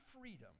freedom